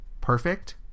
perfect